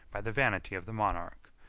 by the vanity of the monarch,